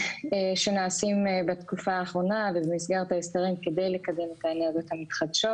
שנעשים בתקופה האחרונה ובמסגרת ההסדרים כדי לקדם את האנרגיות המתחדשות.